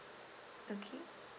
okay